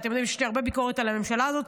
ואתם יודעים יש לי הרבה ביקורת על הממשלה הזאת,